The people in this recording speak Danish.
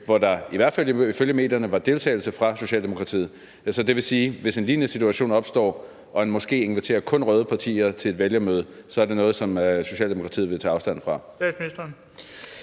hvor der i hvert fald ifølge medierne var deltagelse af socialdemokrater. Men det vil sige, at hvis en lignende situation opstår, hvor en moské kun inviterer røde partier til et møde, er det noget, som Socialdemokratiet vil tage afstand fra.